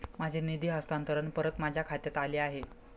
माझे निधी हस्तांतरण परत माझ्या खात्यात आले आहे